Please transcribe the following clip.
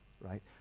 right